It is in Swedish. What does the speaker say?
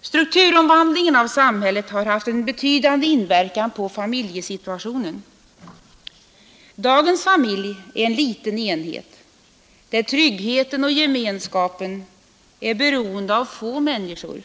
Strukturomvandlingen av samhället har haft en betydande inverkan på familjesituationen. Dagens familj är en liten enhet, där tryggheten och gemenskapen är beroende av få människor.